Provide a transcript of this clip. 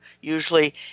Usually